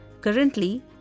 Currently